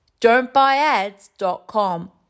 DontBuyAds.com